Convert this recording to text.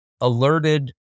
alerted